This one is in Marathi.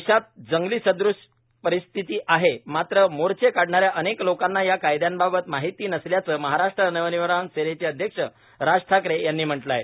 देशात दंगलीसदृश्य परिस्थिती आहे मात्र मोर्चे काढणाऱ्या अनेक लोकांना या कायदयांबाबत माहिती नसल्याचं महाराष्ट्र नवनिर्माण सेनेचे अध्यक्ष राज ठाकरे यांनी म्हटलं आहे